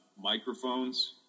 microphones